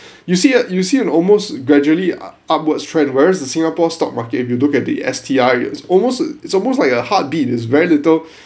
you see ah you see an almost gradually upward trend whereas the singapore stock market if you look at the S_T_I it's almost it's almost like a heartbeat is very little